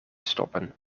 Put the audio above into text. stoppen